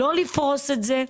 לא לפרוס את זה.